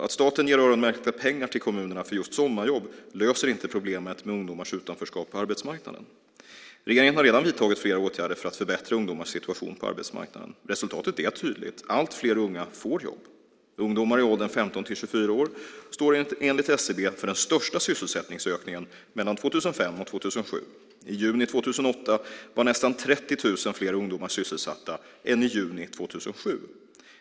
Att staten ger öronmärkta pengar till kommunerna för just sommarjobb löser inte problemet med ungdomars utanförskap på arbetsmarknaden. Regeringen har redan vidtagit flera åtgärder för att förbättra ungdomarnas situation på arbetsmarknaden. Resultatet är tydligt - allt fler unga får jobb. Ungdomar i åldern 15-24 år står enligt SCB för den största sysselsättningsökningen mellan 2005 och 2007. I juni 2008 var nästan 30 000 fler ungdomar sysselsatta än i juni 2007.